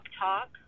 Talk